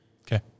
Okay